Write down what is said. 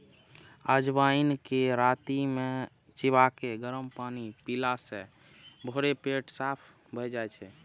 अजवाइन कें राति मे चिबाके गरम पानि पीला सं भोरे पेट साफ भए जाइ छै